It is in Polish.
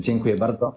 Dziękuję bardzo.